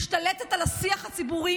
משתלטת על השיח הציבורי